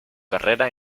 carrera